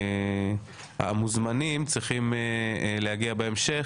המוזמנים צריכים להגיע בהמשך,